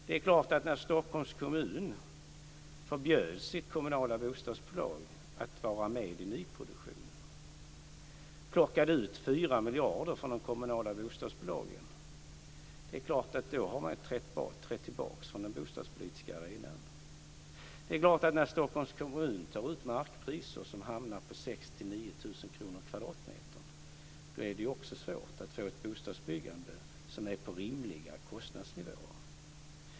Det är klart att eftersom Stockholms kommun förbjöd sitt kommunala bostadsbolag att vara med i nyproduktionen och plockade ut 4 miljarder från de kommunala bostadsbolagen, då har man trätt tillbaka från den bostadspolitiska arenan. När Stockholms kommun tar ut markpriser som hamnar på 6 000 9 000 kr per kvadratmeter, är det också svårt att få ett bostadsbyggande med rimliga kostnadsnivåer.